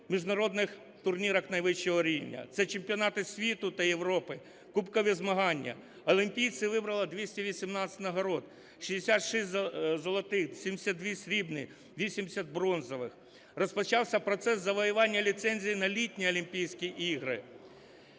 міжнародних турнірах найвищого рівня, це чемпіонати світу та Європи, кубкові змагання. Олімпійці вибороли 218 нагород: 66 золотих, 72 срібних, 80 бронзових. Розпочався процес завоювання ліцензій на Літні олімпійські ігри